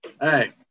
Hey